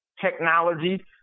technology